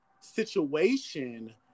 situation